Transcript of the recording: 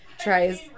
tries